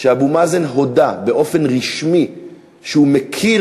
שאבו מאזן הודה באופן רשמי שהוא מכיר